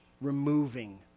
removing